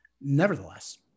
Nevertheless